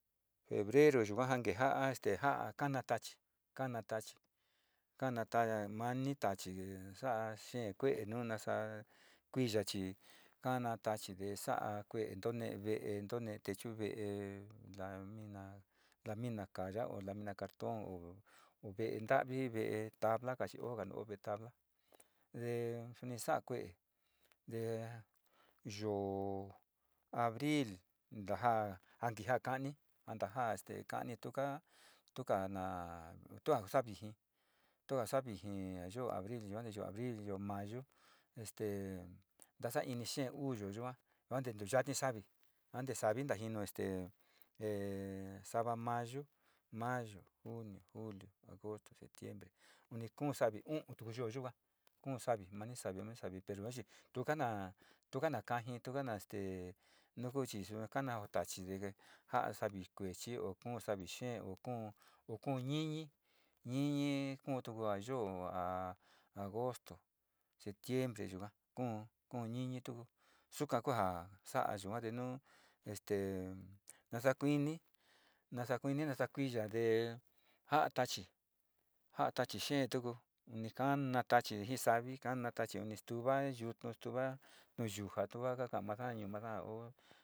Febrero yuu kuan que njuan este njan kana'a tachí, kana tachí kanata'a manita chí xa'a xhin kue nuna xa'a kuii yachí njana tachí nde xa'a kuentone vée kuentone techuu vée lamina, lamina kaya'á ho tamina cartón hó vée nraví vée tabla kachi honga no ho vée tabla ndee xuni xa'a kué ndé yo'ó abril ndanjá, anti nja kani anta nja este kanii tuka'a tukana'a tua kuxavinjí tua xavinji a yo'ó abril yuande yo'ó abril yo'ó mayó este ndaxa'a ini xhee uu yo'ó yu'á va'nde nuyati saví kuande xavitnda njino este xava'a mayo, mayo, junio, julio, agosto, septiembre, onii kón saví o'ón tuu yo'ó yikuan kón saví mani saví mani saví pero ayí tukana tukana nja njin tukana este nukú xixhó kana tachí ndengue njan saví kuechio kón saví xheen ho kón ho kón ñiñi, ñiñi kón tuu ngua yo'ó ha agosto, septiembre yikuan kón kón ñiñi tuu xuka'a konja xa'a yuate nuu este naxa'a kuii nii naxa'a kuii nii naxa'a kuii yande nja tachí njan tachi xhen tuu unikan natachí njixa'aví kan natachí nixtuva yuu nixtuva'a nuu yuu njatonja jakan maxañi maxa'a ho.